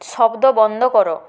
শব্দ বন্ধ কর